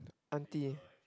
auntie